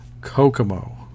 Kokomo